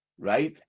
Right